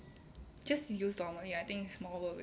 just use normally I think more worth it